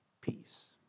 peace